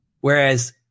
Whereas